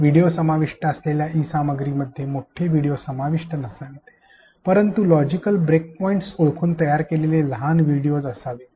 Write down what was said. video समाविष्ट असलेल्या ई सामग्रीमध्ये मोठे विडियो समाविष्ट नसावेत परंतु लॉजिकल ब्रेकपॉइंट्स ओळखून तयार केलेले लहान व्हिडिओस असावेत